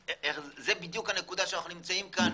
זו הנקודה שאנחנו נמצאים פה.